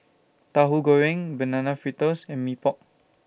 Tauhu Goreng Banana Fritters and Mee Pok